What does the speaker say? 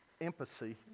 empathy